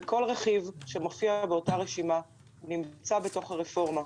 וכל רכיב שמופיע באותה רשימה נמצא בתוך הרפורמה.